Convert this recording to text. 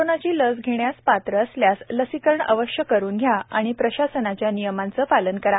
कोरोनाची लस घेण्यास पात्र असलेल्या नागरिकांनी लसीकरण अवश्य करून घ्या आणि प्राशसनाच्या नियमांचे पालन करा